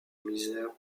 misère